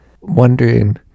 wondering